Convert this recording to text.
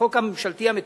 בחוק הממשלתי המקורי,